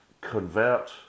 convert